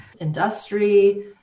industry